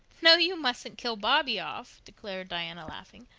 no, you mustn't kill bobby off, declared diana, laughing.